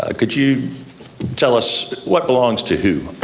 ah could you tell us what belongs to who?